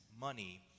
money